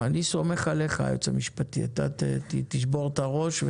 סבר שהדבר נדרש באופן מיידי לצורך